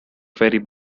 ferry